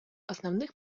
основных